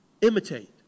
Imitate